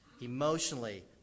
emotionally